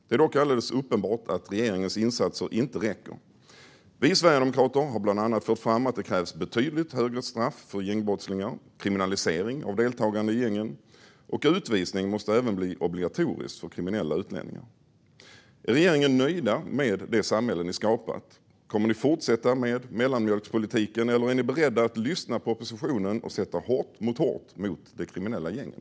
Det är dock alldeles uppenbart att regeringens insatser inte räcker. Vi sverigedemokrater har bland annat fört fram att det krävs betydligt högre straff för gängbrottslingar, kriminalisering av deltagande i gängen och obligatorisk utvisning av kriminella utlänningar. Är ni i regeringen nöjda med det samhälle ni skapat? Kommer ni att fortsätta med mellanmjölkspolitiken, eller är ni beredda att lyssna på oppositionen och sätta hårt mot hårt när det gäller de kriminella gängen?